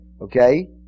Okay